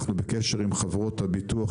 אנחנו בקשר עם חברות הביטוח,